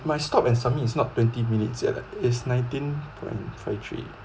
my stop and submit is not twenty minutes eh it's nineteen point five three